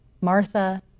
Martha